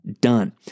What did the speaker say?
done